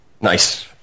nice